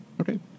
Okay